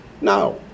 No